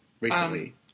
recently